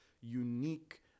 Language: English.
unique